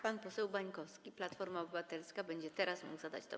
Pan poseł Bańkowski, Platforma Obywatelska, będzie teraz mógł zadać pytanie.